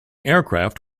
aircraft